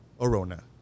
Arona